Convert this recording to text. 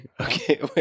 Okay